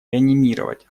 реанимировать